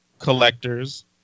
Collectors